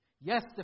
Yes